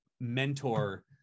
mentor